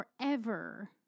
forever